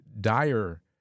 dire